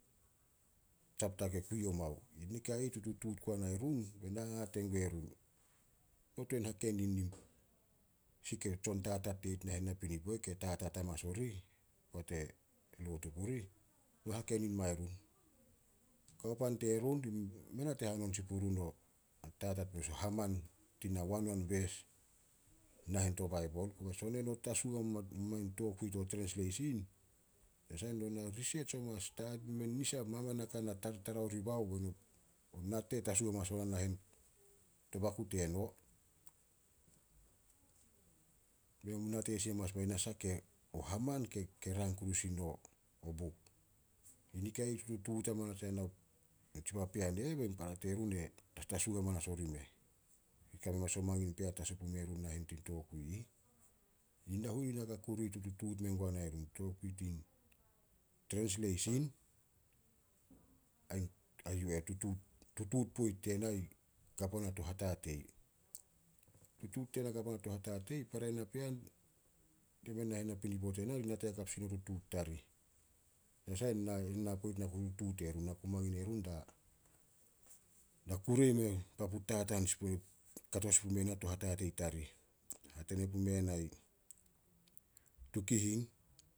Tsapta ke kui omao. Nikai ih tututuut guana e run, be na hahate gue run, "No tuan hakenin sih ke tsontatat tenit nahen napinipo ke tatat amanas orih poat e lotu purih, no hakenin mae run. Kao pan terun mei nate hanon sin purun o haman tina wanwan beis nahen to baibol. Son eno tasu main tokui to trensleisin, no na riseds oma maman naka na tartara oribao nate tasu hamanas ona nahen to baku teno. Be no mu nate sin amanas mai o haman ke- ke rang kuru sin no buk." Yi nikai ih tututuut amanas yana o papean e eh, bein para terun e tasu hamanas orimeh. Ri Kame hamanas o mangin pea tasu pume run nahen tein tokui ih. Yi nahuenu naka kuru i tututuut mengua nae run, tokui trensleisin, a yu eh, tutuut poit tena ka pua na to hatatei. Tutuut tena ka puana to hatatei, para napean ri nate hakap sin o tutuut tarih. Tanasah ena- ena poit ku tutuut e run, na ku mangin e run da kure i meh papu tataan pume na to hatatei tarih. Hatania pume na Tukihing,